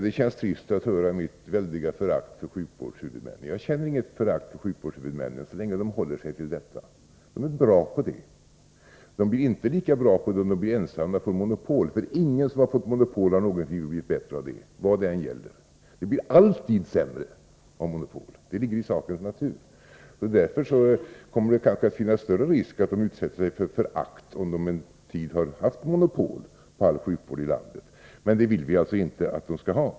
Det känns trist att höra om mitt väldiga förakt för sjukvårdshuvudmännen. Jag känner inget förakt för dem så länge de håller sig till sjukvård. De är bra på det. De blir inte lika bra på det om de blir ensamma och får monopol. Ingen som fått monopol har någonsin blivit bättre av det, vad det än gäller — det blir alltid sämre av monopol, det ligger i sakens natur. Därför kommer det kanske att finnas större risk att de utsätter sig för förakt om de en tid har haft monopol på all sjukvård i landet. Det vill vi alltså inte att de skall ha.